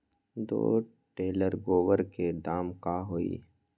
दो टेलर गोबर के दाम का होई?